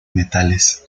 metales